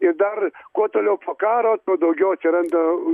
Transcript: ir dar kuo toliau po karo tuo daugiau atsiranda